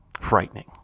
frightening